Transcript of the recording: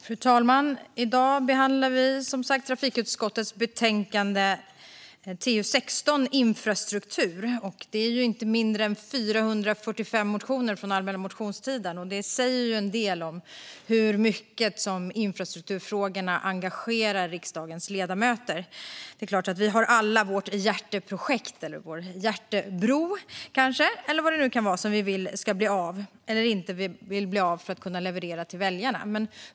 Fru talman! I dag behandlar vi som sagt trafikutskottets betänkande TU16 om infrastruktur. I betänkandet behandlas inte mindre än 445 motioner från den allmänna motionstiden, och det säger en del om hur mycket infrastrukturfrågorna engagerar riksdagens ledamöter. Vi har alla vårt hjärteprojekt, eller kanske vår hjärtebro, som vi vill ska bli av eller inte ska bli av för att vi ska kunna leverera det till väljarna.